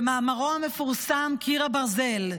במאמרו המפורסם "קיר הברזל",